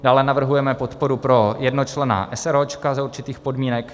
Dále navrhujeme podporu pro jednočlenná eseróčka za určitých podmínek.